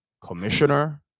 commissioner